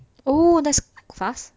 oh that's fast